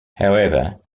however